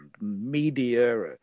media